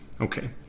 okay